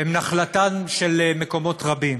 הן נחלתם של מקומות רבים,